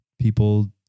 people